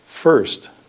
First